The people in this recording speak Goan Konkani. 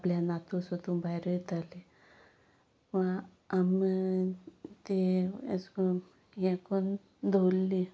आपल्या नातू सोदूं भायर येताले वा आमी ते अशें करून हें करून दवरल्ली